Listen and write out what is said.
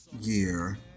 year